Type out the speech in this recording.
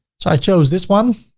so i chose this one.